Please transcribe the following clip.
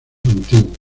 antiguos